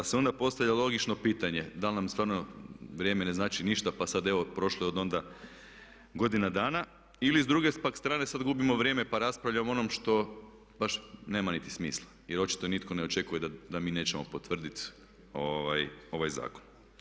Pa se onda postavlja logično pitanje da li nam stvarno vrijeme ne znači ništa pa sad evo prošlo je od onda godina dana ili s druge pak strane sad gubimo vrijeme pa raspravljamo o onom što baš nema niti smisla jer očito nitko ne očekuje da mi nećemo potvrditi ovaj zakon.